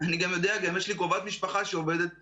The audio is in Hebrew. גם יש לי קרובת משפחה שעובדת מעבדה.